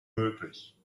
möglich